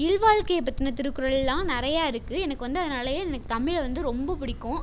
இல்வாழ்க்கையைப் பற்றின திருக்குறள்லாம் நிறையா இருக்குது எனக்கு வந்து அதனாலயே எனக்கு தமிழ் வந்து ரொம்பப் பிடிக்கும்